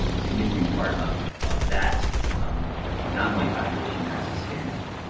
significant part of of that nonwhite population that's hispanic.